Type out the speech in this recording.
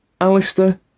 Alistair